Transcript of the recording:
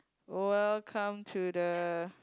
welcome to the